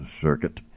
Circuit